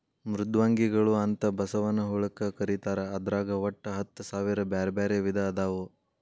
ಮೃದ್ವಂಗಿಗಳು ಅಂತ ಬಸವನ ಹುಳಕ್ಕ ಕರೇತಾರ ಅದ್ರಾಗ ಒಟ್ಟ ಹತ್ತಸಾವಿರ ಬ್ಯಾರ್ಬ್ಯಾರೇ ವಿಧ ಅದಾವು